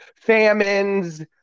famines